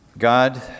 God